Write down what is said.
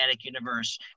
Universe